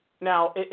Now